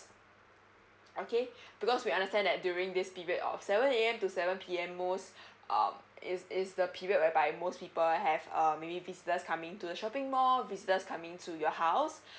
okay because we understand that during this period of seven A_M to seven P_M most uh is is the period whereby most people have um maybe visitors coming to the shopping mall visitors coming to your house